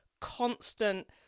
constant